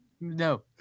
No